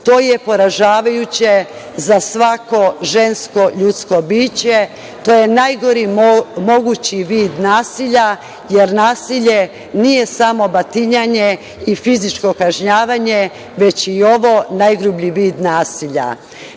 je poražavajuće za svako žensko ljudsko biće. To je najgori mogući vid nasilja, jer nasilje nije samo batinanje i fizičko kažnjavanje, već je i ovo najgrublji vid nasilja.